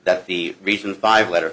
that the reason five letter